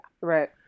Right